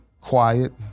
quiet